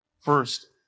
first